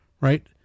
right